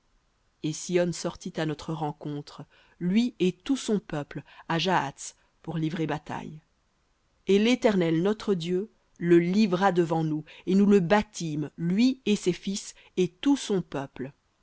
et sihon sortit à notre rencontre lui et tout son peuple à jahats pour livrer bataille et l'éternel notre dieu le livra devant nous et nous le battîmes lui et ses fils et tout son peuple